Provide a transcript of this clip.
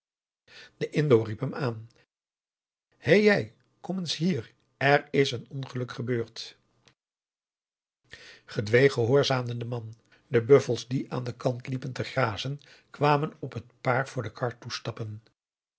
de indo riep hem aan hé jij kom eens hier er is een ongeluk gebeurd gedwee gehoorzaamde de man de buffels die aan den kant liepen te grazen kwamen op het paar voor de kar toestappen